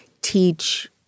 teach